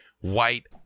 white